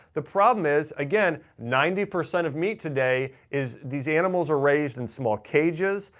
the problem is again, ninety percent of meat today is these animals are raised in small cages,